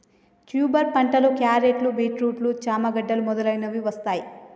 tuber పంటలో క్యారెట్లు, beetroot, చామ గడ్డలు మొదలగునవి వస్తాయ్